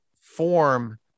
form